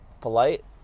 polite